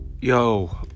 Yo